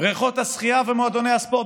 בריכות השחייה ומועדוני הספורט.